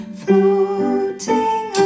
floating